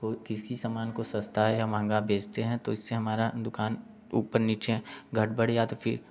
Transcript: को किसी समान को सस्ता या महंगा बेचते हैं तो इससे हमारा दुकान ऊपर नीचे घाट बढ़ या तो फिर